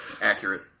Accurate